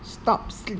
stop sl~